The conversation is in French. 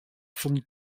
sont